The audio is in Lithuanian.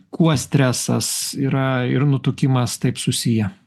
kuo stresas yra ir nutukimas taip susiję